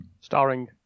starring